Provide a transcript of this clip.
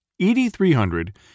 ED-300